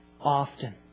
often